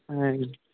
ఆయ్